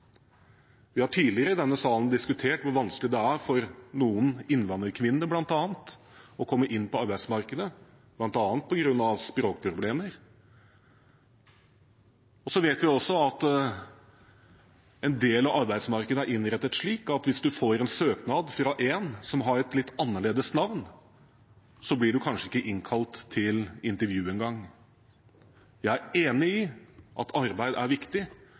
Vi har tidligere i denne salen diskutert hvor vanskelig det er for noen – innvandrerkvinnene, bl.a. – å komme inn på arbeidsmarkedet, bl.a. på grunn av språkproblemer. Vi vet også at en del av arbeidsmarkedet er innrettet slik at hvis man får en søknad fra en som har et litt annerledes navn, blir man kanskje ikke innkalt til intervju engang. Jeg er enig i at arbeid er viktig,